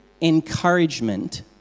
encouragement